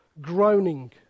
groaning